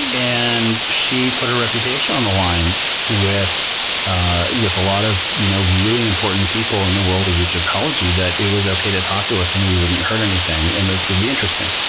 and she put her reputation on the line with a lot of you know really important people in the world of egyptology, that it was okay to talk to us, and we wouldn't hurt anything, and this would be interesting.